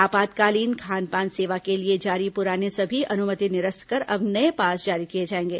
आपातकालीन खान पान सेवा के लिए जारी पुराने सभी अनुमति निरस्त कर अब नये पास जारी किए जाएंगे